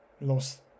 lost